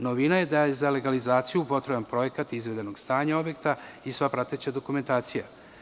Novina je da je za legalizaciju potreban projekat izvedenog stanja objekta i sva prateća dokumentacija.